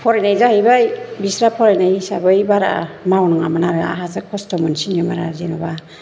फरायनाय जाहैबाय बिस्रा फरायनाय हिसाबै बारा मावनाङामोन आरो आंहासो खस्थ' मोनसिनोमोन आरो जेन'बा